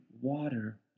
water